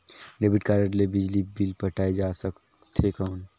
Debit card ले बिजली bill पटाय जा सकथे कौन?